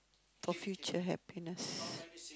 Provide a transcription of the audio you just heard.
for future happiness